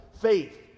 faith